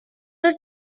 are